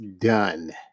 done